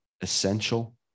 essential